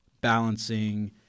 balancing